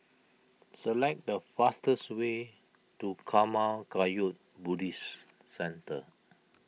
select the fastest way to Karma Kagyud Buddhist Centre